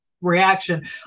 reaction